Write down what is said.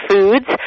Foods